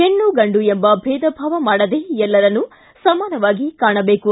ಹೆಣ್ಣು ಗಂಡು ಎಂದು ಭೇದಭಾವ ಮಾಡದೆ ಎಲ್ಲರನ್ನೂ ಸಮಾನವಾಗಿ ಕಾಣಬೇಕು